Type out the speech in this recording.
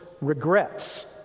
regrets